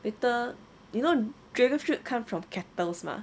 later you know dragonfruit come from cactus mah